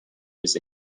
was